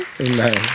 Amen